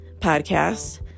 podcast